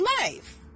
life